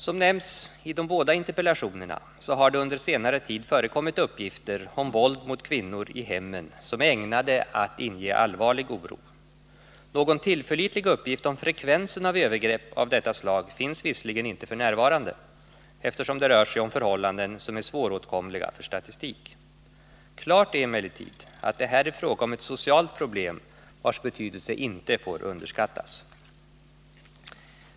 Som nämns i de båda interpellationerna har det under senare tid förekommit uppgifter om våld mot kvinnor i hemmen som är ägnade att inge allvarlig oro. Någon tillförlitlig uppgift om frekvensen av övergrepp av detta slag finns visserligen inte f. n., eftersom det rör sig om förhållanden som är svåråtkomliga för statistik. Klart är emellertid att det här är fråga om ett socialt problem vars betydelse inte får underskattas.